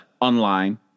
online